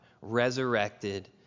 resurrected